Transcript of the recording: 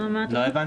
זה כן.